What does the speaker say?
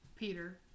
Peter